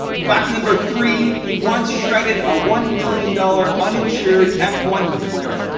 fact number three, he once shredded a one million dollars uninsured f one mclaren.